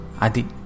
Adi